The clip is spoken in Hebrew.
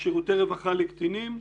שירותי רווחה לקטינים,